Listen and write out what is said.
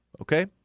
Okay